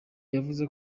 yavuze